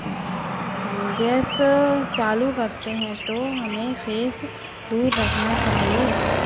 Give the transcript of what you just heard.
gas चालू करते हैं तो हमें फेस दूर रखना चाहिए